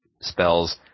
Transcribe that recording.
spells